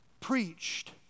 preached